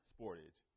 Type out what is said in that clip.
Sportage